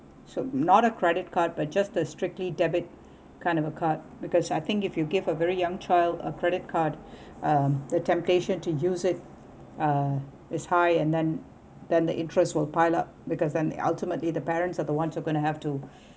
so not a credit card but just the strictly debit kind of a card because I think if you give a very young child a credit card um the temptation to use it uh is high and then then the interests will pile up because in the ultimately the parents are the ones who gonna have to